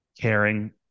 caring